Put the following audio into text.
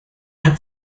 hat